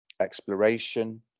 exploration